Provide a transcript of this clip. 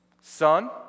son